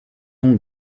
ton